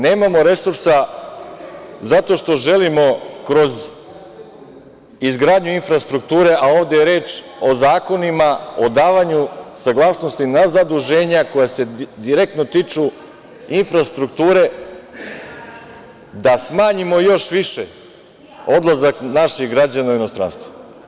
Nemamo resurse zato što želimo kroz izgradnju infrastrukture, a ovde je reč o zakonima, o davanju saglasnosti na zaduženja koja se direktno tiču infrastrukture, da smanjimo još više odlazak naših građana u inostranstvo.